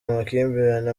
amakimbirane